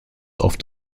oft